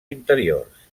interiors